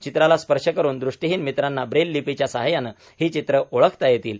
चित्राला स्पर्श करून दृष्टीहीन मित्रांना ब्रेल लिपीच्या सहाय्याने ही चित्र ओळखता येतात